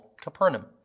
Capernaum